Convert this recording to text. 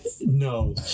no